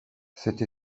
cette